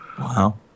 Wow